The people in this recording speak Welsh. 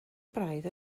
braidd